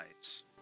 lives